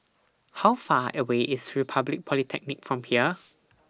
How Far away IS Republic Polytechnic from here